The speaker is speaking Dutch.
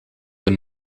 een